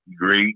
great